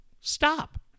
Stop